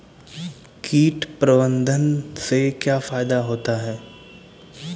कीट प्रबंधन से क्या फायदा होता है?